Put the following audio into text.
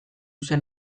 zen